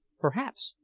perhaps,